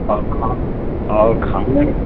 और खाना और खाने